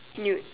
you